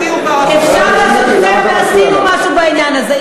אפשר לעשות יותר, ועשינו משהו בעניין הזה.